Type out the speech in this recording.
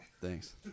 Thanks